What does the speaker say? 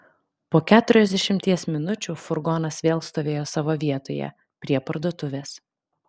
po keturiasdešimties minučių furgonas vėl stovėjo savo vietoje prie parduotuvės